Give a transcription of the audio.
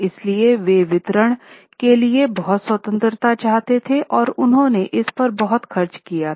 इसलिए वे वितरण के लिए बहुत स्वतंत्रता चाहते थे और उन्होंने इसपर बहुत खर्च किया था